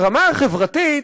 ברמה החברתית,